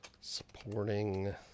supporting